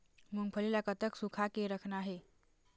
मूंगफली ला कतक सूखा के रखना हे?